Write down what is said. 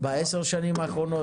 בעשר השנים האחרונות?